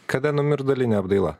kada numirs dalinė apdaila